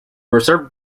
reserve